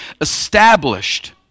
established